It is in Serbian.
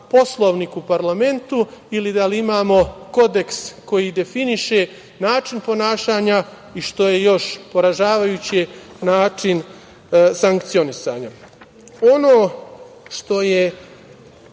Poslovnik u parlamentu ili da li imamo kodeks koji definiše način ponašanja i što je još poražavajući način sankcionisanja. Ono što je